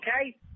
okay